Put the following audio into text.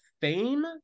fame